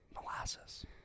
Molasses